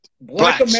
Black